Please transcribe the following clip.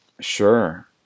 Sure